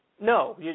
No